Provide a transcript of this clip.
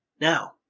Now